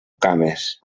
cames